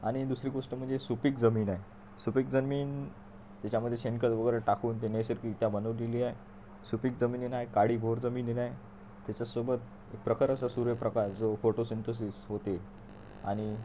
आणि दुसरी गोष्ट म्हणजे सुपीक जमीन आहे सुपीक जमीन त्याच्यामध्ये शेणखत वगैरे टाकून ते नैसर्गिकरीत्या बनवलेली आहे सुपीक जमीन आहे काळीभोर जमीन आहे त्याच्यासोबत प्रखर असा सूर्यप्रकाश जो फोटोसिंथसिस होते आणि